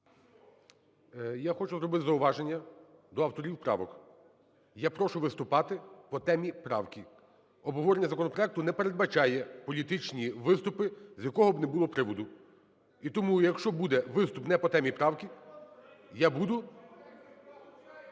Я хочу зробити зауваження до авторів правок. Я прошу виступати по темі правки, обговорення законопроекту не передбачає політичні виступи з якого б не було приводу. І тому, якщо буде виступ не по темі правки, я буду...